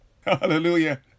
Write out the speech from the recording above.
Hallelujah